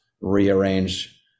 rearrange